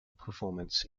performance